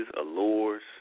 allures